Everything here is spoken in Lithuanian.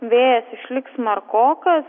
vėjas išliks smarkokas